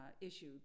issue